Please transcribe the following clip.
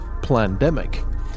plandemic